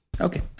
Okay